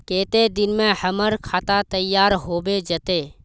केते दिन में हमर खाता तैयार होबे जते?